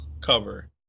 cover